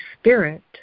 Spirit